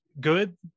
good